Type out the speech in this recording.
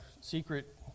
secret